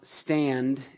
stand